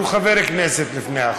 הוא חבר הכנסת לפני הכול,